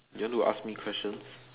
you want to ask me questions